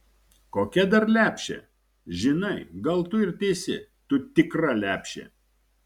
kokia dar lepšė žinai gal tu ir teisi tu tikra lepšė